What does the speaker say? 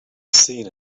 seen